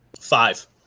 Five